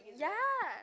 ya